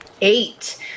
Eight